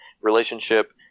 relationship